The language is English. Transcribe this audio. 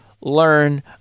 learn